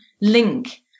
link